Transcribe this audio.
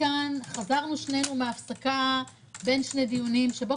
וחזרנו שנינו מהפסקה בין שני דיונים שבו